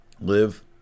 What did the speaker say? Live